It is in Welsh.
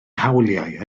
hawliau